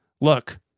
look